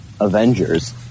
Avengers